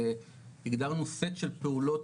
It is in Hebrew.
הגדרנו סט של פעולות,